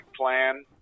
plan